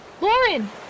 Lauren